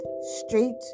Street